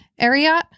Ariat